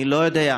אני לא יודע: